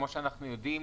כמו שאנחנו יודעים,